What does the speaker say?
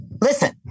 Listen